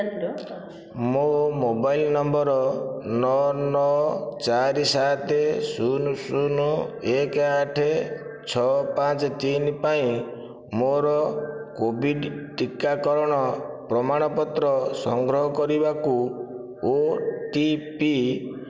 mobile number ନଅ ନଅ ଚାରି ସାତ ଶୂନ ଶୂନ ଏକ ଆଠ ଛଅ ପାଞ୍ଚ ତିନି ପାଇଁ ମୋର କୋଭିଡ଼୍ ଟିକାକରଣ ପ୍ରମାଣପତ୍ର ସଂଗ୍ରହ କରିବାକୁ ଓ ଟି ପି